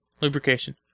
Lubrication